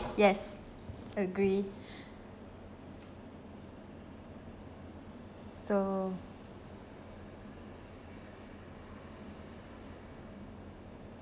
yes agree so